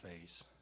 face